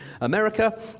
America